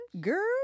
girl